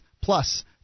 plus